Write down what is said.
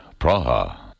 Praha